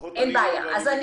לפחות אני לא רואה.